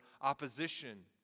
opposition